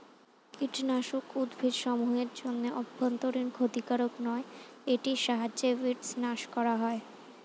কীটনাশক উদ্ভিদসমূহ এর জন্য অভ্যন্তরীন ক্ষতিকারক নয় এটির সাহায্যে উইড্স নাস করা হয়